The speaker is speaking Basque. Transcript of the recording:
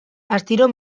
astiro